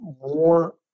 more